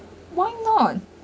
why not